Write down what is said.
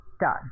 done